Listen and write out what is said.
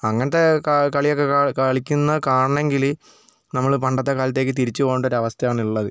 അങ്ങനത്തെ കളിയൊക്കെ കളിക്കുന്ന കാണണമെങ്കിൽ നമ്മൾ പണ്ടത്തെ കാലത്തേക്ക് തിരിച്ചു പോകേണ്ടൊരു അവസ്ഥയാണുള്ളത്